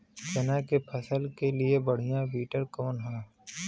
चना के फसल के लिए बढ़ियां विडर कवन ह?